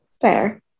Fair